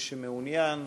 מי שמעוניין